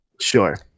Sure